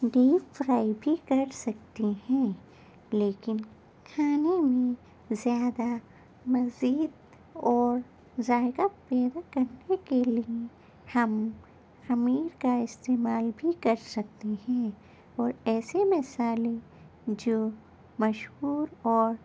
deep fry بھی کر سکتے ہیں لیکن کھانے میں زیادہ مزید اور ذائقہ پیور کرنے کے لیے ہم خمیر کا استعمال بھی کر سکتے ہیں اور ایسے مصالحے جو مشہور اور